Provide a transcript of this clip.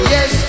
Yes